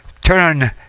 turn